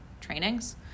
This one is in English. trainings